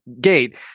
gate